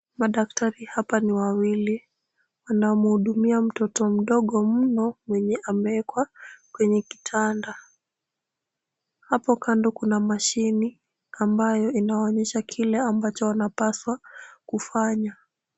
Madaktari hapa ni wawili. Wanamhudumia mtoto mdogo mno mwenye amewekwa kwenye kitanda. Hapo kando kuna mashini , ambayo inaonyesha kile ambacho wanapaswa kufanya.